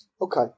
Okay